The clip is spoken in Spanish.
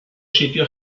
sitio